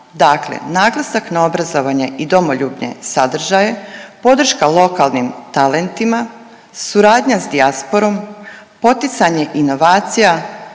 Dakle, naglasak na obrazovanje i domoljubne sadržaje, podrška lokalnim talentima, suradnja sa dijasporom, poticanje inovacija,